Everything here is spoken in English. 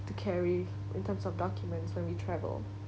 to carry in terms of documents when we travel